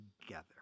together